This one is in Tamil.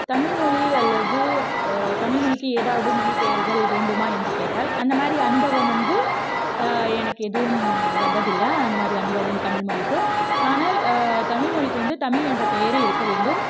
தமிழ்மொழி அல்லது தமிழ்மொழிக்கு ஏதாவது மொழிப்பெயர்கள் வேண்டுமா என்று கேட்டால் அந்த மாதிரி அனுபவம் வந்து எனக்கு எதுவும் வந்ததில்லை அந்த மாதிரி அனுபவம் தமிழ்மொழிக்கு ஆனால் தமிழ்மொழிக்கு வந்து தமிழ் என்ற பெயரே இருக்க வேண்டும்